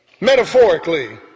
Metaphorically